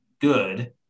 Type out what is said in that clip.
good